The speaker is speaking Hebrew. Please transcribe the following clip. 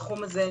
בתחום הזה,